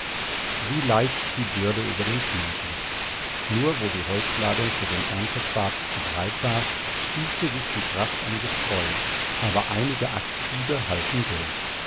wie leicht die bürde über den schnee glitt nur wo die holzladung für den erntepfad zu breit war spießte sich die fracht am gesträuch aber einige axthiebe halfen durch